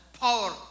power